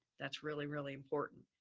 that's really, really important.